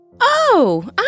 Oh